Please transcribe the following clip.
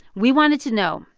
we wanted to know,